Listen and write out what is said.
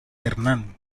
hernán